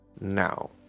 Now